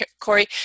Corey